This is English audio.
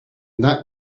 that